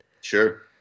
Sure